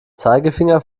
zeigefinger